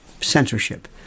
censorship